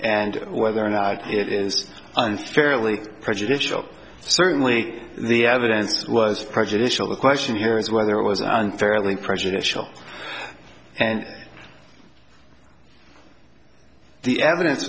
and whether or not it is unfairly prejudicial certainly the evidence was prejudicial the question here is whether it was unfairly prejudicial and the evidence